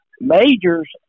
majors